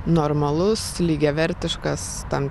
normalus lygiavertiškas ten